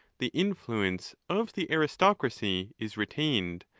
the influence of the aristocracy is retained,